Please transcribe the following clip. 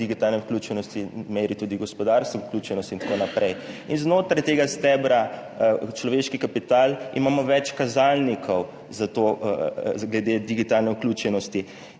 digitalne vključenosti, meri tudi gospodarstvo, vključenost in tako naprej. In znotraj tega stebra človeški kapital imamo več kazalnikov glede digitalne vključenosti.